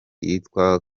yitwa